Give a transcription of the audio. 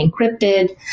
encrypted